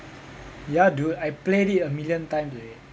ya dude I played it a million times already